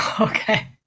Okay